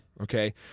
Okay